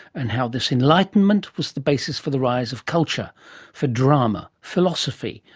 and how this enlightenment was the basis for the rise of culture for drama, philosophy,